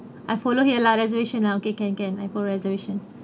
I follow here lah reservation okay can can I follow reservation